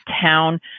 town